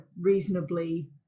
reasonably